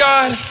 God